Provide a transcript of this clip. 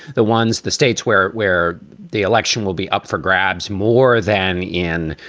the ones the states where it where the election will be up for grabs more than in,